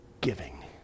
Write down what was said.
giving